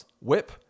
whip